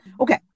Okay